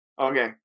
Okay